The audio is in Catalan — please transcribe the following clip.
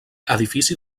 edifici